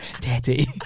Daddy